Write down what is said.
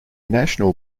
national